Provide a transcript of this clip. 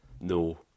No